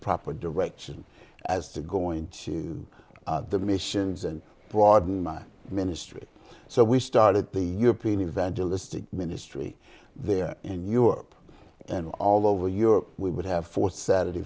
proper direction as to going to the missions and broaden my ministry so we started the year preening vangelis to ministry there in europe and all over europe we would have for saturday